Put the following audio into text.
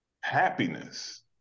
happiness